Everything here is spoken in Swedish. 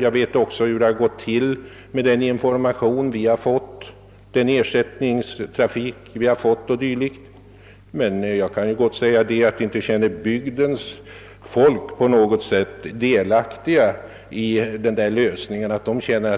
Jag vet också hur det är beställt med den information som därvid förekommit, vilken ersättningstrafik vi fått o.s. v. Bygdens folk känner sig inte på något sätt ha varit delaktigt i den lösning som problemet fått.